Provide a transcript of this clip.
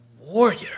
warrior